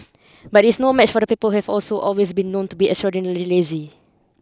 but it is no match for the people have also always been known to beextraordinarilylazy